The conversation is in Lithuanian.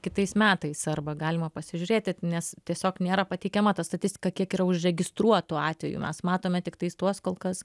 kitais metais arba galima pasižiūrėti nes tiesiog nėra pateikiama ta statistika kiek yra užregistruotų atvejų mes matome tiktais tuos kol kas